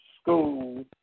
school